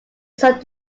some